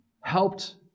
helped